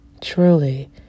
Truly